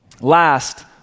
Last